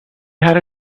had